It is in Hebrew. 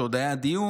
כשעוד היה דיון,